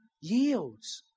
yields